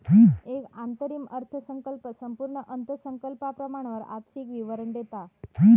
एक अंतरिम अर्थसंकल्प संपूर्ण अर्थसंकल्पाप्रमाण आर्थिक विवरण देता